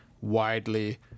widely